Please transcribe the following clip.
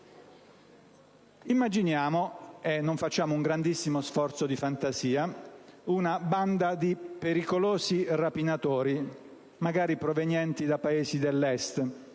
Immaginiamo - e non facciamo un grandissimo sforzo di fantasia - una banda di pericolosi rapinatori, magari provenienti da Paesi dell'Est,